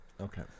Okay